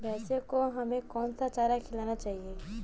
भैंसों को हमें कौन सा चारा खिलाना चाहिए?